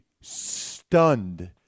stunned